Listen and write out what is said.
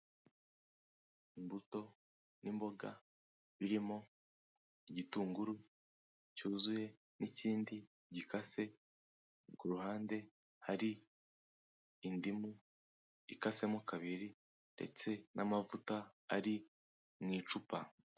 Imbuto n'imboga birimo igitunguru cyuzuye n'ikindi gikase, ku ruhande hari indimu ikasemo kabiri ndetse n'amavuta ari mu icupa.